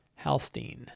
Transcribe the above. Halstein